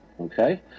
Okay